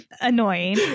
annoying